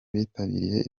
bitabiriye